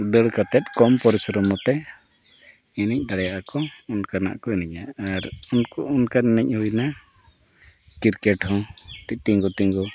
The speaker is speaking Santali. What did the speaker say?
ᱫᱟᱹᱲ ᱠᱟᱛᱮᱫ ᱠᱚᱢ ᱯᱚᱨᱤᱥᱚᱨᱚᱢ ᱠᱟᱛᱮᱫ ᱮᱱᱮᱡ ᱫᱟᱲᱮᱭᱟᱜᱼᱟ ᱠᱚ ᱚᱱᱠᱟᱱᱟᱜ ᱠᱚ ᱮᱱᱮᱡᱼᱟ ᱟᱨ ᱩᱱᱠᱩ ᱚᱱᱠᱟᱱ ᱮᱱᱮᱡ ᱦᱩᱭᱱᱟ ᱠᱨᱤᱠᱮᱴ ᱦᱚᱸ ᱢᱤᱫᱴᱤᱡ ᱛᱤᱸᱜᱩ ᱛᱤᱸᱜᱩ